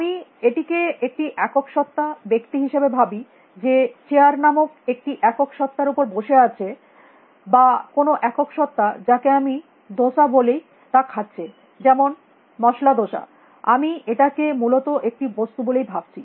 আমি এটিকে একটি একক সত্ত্বা ব্যক্তি হিসাবে ভাবি যে চেয়ার নামক একটি একক সত্ত্বার উপর বসে আছে বা কোনো একক সত্ত্বা যাকে আমি ধোসা বলি তা খাচ্ছে যেমন মশলা ধোসা আমি এটাকে মূলত একটি বস্তু বলেই ভাবছি